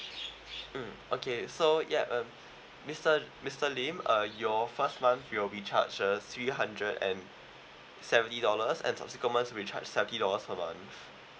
mm okay so ya um mister mister lim uh your first month we will be charge a three hundred and seventy dollars and subsequent months we charge seventy dollars per month